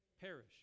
Perish